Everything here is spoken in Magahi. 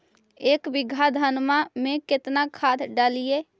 एक बीघा धन्मा में केतना खाद डालिए?